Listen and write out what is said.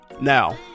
now